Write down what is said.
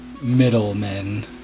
middlemen